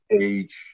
age